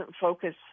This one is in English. focus